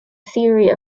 theory